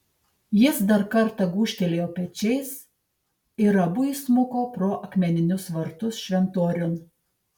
jis dar kartą gūžtelėjo pečiais ir abu įsmuko pro akmeninius vartus šventoriun